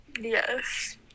Yes